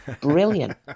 Brilliant